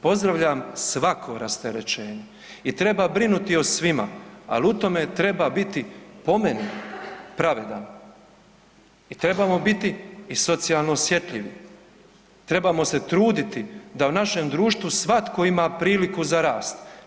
Pozdravljam svako rasterećenje i treba brinuti o svima, al u tome treba biti, po meni, pravedan i trebamo biti i socijalno osjetljivi, trebamo se truditi da u našem društvu svatko ima priliku za rast.